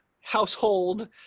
household